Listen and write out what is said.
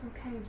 Okay